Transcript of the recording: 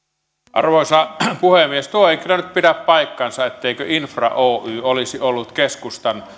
arvoisa puhemies tuo ei kyllä nyt pidä paikkaansa etteikö infra oy olisi ollut keskustan